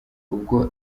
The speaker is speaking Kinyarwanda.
ubwo